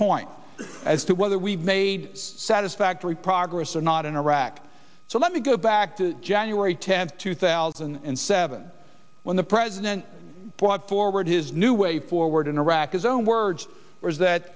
point as to whether we've made satisfactory progress or not in iraq so let me go back to january tenth two thousand and seven when the president brought forward his new way forward in iraq his own words or is that